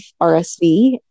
RSV